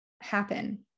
happen